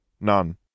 None